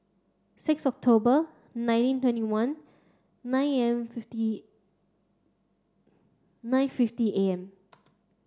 six October nineteen twenty one nine am fifth nine fifty am